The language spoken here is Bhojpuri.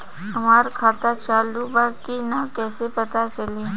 हमार खाता चालू बा कि ना कैसे पता चली?